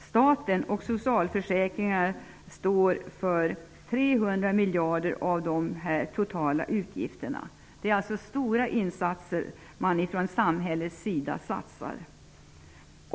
Staten och socialförsäkringarna står för 300 miljarder av de totala utgifterna. Det är alltså stora insatser som man från samhällets sida gör.